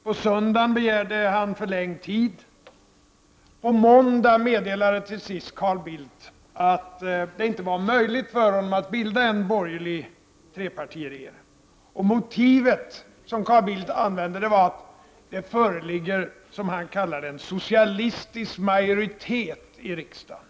På söndagen begärde han förlängd tid och på måndagen meddelade till sist Carl Bildt att det inte var möjligt för honom att bilda en borgerlig trepartiregering. Den motivering som Carl Bildt angav var att det föreligger, som han kallade det, en socialistisk majoritet i riksdagen.